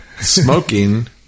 smoking